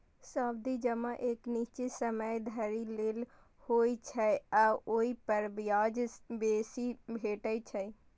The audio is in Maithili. सावधि जमा एक निश्चित समय धरि लेल होइ छै आ ओइ पर ब्याज बेसी भेटै छै